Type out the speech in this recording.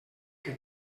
que